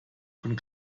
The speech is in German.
von